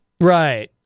Right